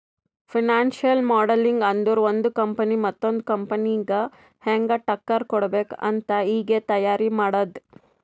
financial modelling ಅಂದುರ್ ಒಂದು company ಮತ್ತೊಂದ್ ಕಂಪನಿಗ ಹ್ಯಾಂಗ್ ಟಕ್ಕರ್ ಕೊಡ್ಬೇಕ್ ಅಂತ್ ಈಗೆ ತೈಯಾರಿ ಮಾಡದ್ದ್